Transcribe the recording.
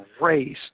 race